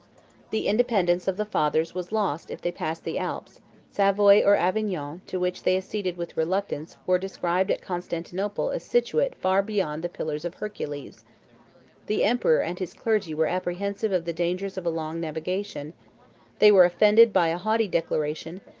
the independence of the fathers was lost if they passed the alps savoy or avignon, to which they acceded with reluctance, were described at constantinople as situate far beyond the pillars of hercules the emperor and his clergy were apprehensive of the dangers of a long navigation they were offended by a haughty declaration,